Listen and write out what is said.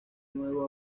nuevo